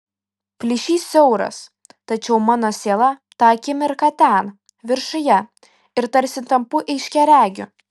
plyšys siauras tačiau mano siela tą akimirką ten viršuje ir tarsi tampu aiškiaregiu